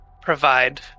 provide